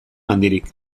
handirik